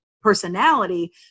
personality